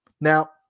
Now